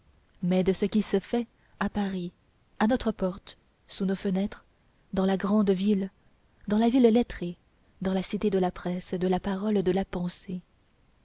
mais de ce qui se fait à paris à notre porte sous nos fenêtres dans la grande ville dans la ville lettrée dans la cité de la presse de la parole de la pensée